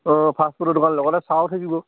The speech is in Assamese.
অঁ ফাষ্ট ফুডৰ দোকান লগতে চাওও থাকিব